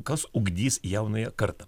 kas ugdys jaunąją kartą